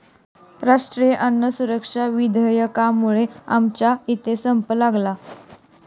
राष्ट्रीय अन्न सुरक्षा विधेयकामुळे आमच्या इथे संप लागला